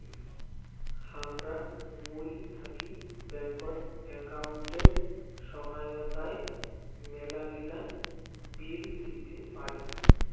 হামরা মুই থাকি ব্যাঙ্কত একাউন্টের সহায়তায় মেলাগিলা বিল দিতে পারি